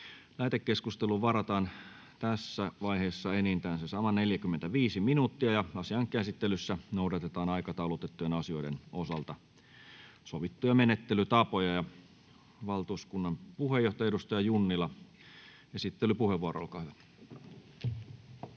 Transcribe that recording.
Lähetekeskusteluun varataan tässä vaiheessa enintään 45 minuuttia. Asian käsittelyssä noudatetaan aikataulutettujen asioiden osalta sovittuja menettelytapoja. — Valtuuskunnan puheenjohtaja, edustaja Junnila, esittelypuheenvuoro. Olkaa hyvä.